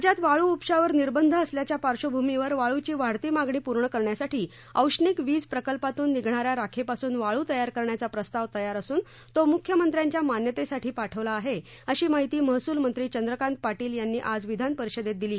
राज्यात वाळू उपशावर निर्बंध असल्याच्या पार्श्वभूमीवर वाळूची वाढती मागणी पूर्ण करण्यासाठी औष्णिक वीज प्रकल्पातून निघणा या राखेपासून वाळू तयार करण्याचा प्रस्ताव तयार असून तो मुख्यमंत्र्यांच्या मान्यतेसाठी पाठवला आहे अशी माहिती महसूल मंत्री चंद्रकांत पाटील यांनी आज विधानपरिषदेत दिली